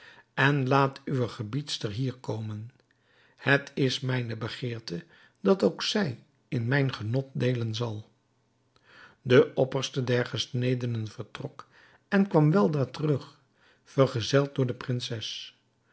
en laat uwe gebiedster hier komen het is mijne begeerte dat ook zij in mijn genot deelen zal de opperste der gesnedenen vertrok en kwam weldra terug vergezeld door de prinses